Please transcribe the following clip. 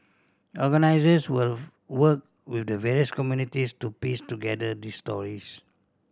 organisers will work with the various communities to piece together these stories